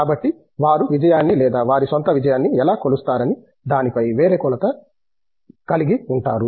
కాబట్టి వారు విజయాన్ని లేదా వారి స్వంత విజయాన్ని ఎలా కొలుస్తారనే దానిపై వేరే కొలత కలిగి ఉంటారు